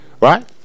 right